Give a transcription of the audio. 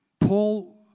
Paul